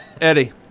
Eddie